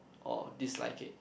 or dislike it